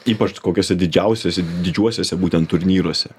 ypač kokiose didžiausiose didžiuosiuose būtent turnyruose